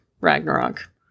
Ragnarok